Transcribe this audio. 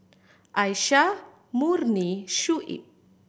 Aisyah Murni and Shuib